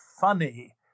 funny